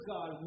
God